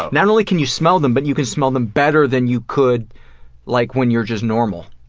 not only can you smell them, but you can smell them better than you could like when you're just normal.